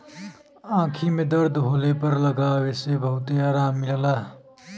आंखी में दर्द होले पर लगावे से बहुते आराम मिलला